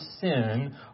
sin